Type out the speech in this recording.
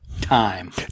time